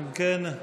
אם כן,